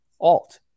Alt